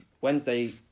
Wednesday